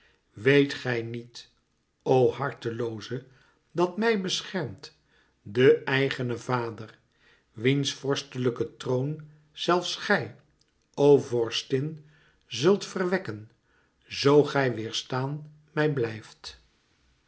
weet gij niet o hartelooze dat mij beschermt de eigene vader wiens vorstelijken toorn zelfs gij o vorstin zult verwékken zoo gij weêrstaan mij blijft